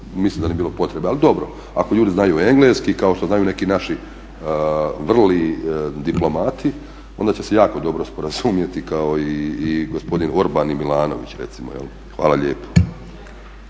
mislim da nije bilo potrebe. Ali dobro ako ljudi znaju engleski kao što znaju neki naši vrli diplomati onda će se jako dobro sporazumjeti kao i gospodin Orban i Milanović recimo jel. Hvala lijepo.